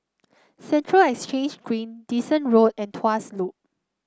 Central Exchange Green Dyson Road and Tuas Loop